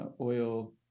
oil